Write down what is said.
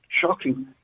shocking